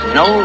no